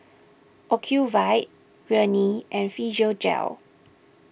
Ocuvite Rene and Physiogel